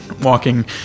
walking